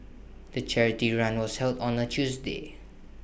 the charity run was held on A Tuesday